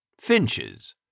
Finches